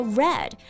red